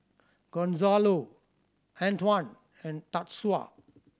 Gonzalo Antwan and Tatsuo